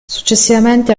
successivamente